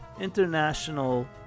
international